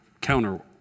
counter